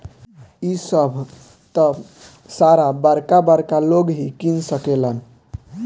इ सभ त सारा बरका बरका लोग ही किन सकेलन